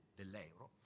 dell'euro